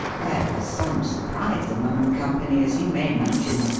there was some surprise among the company, as you may imagine.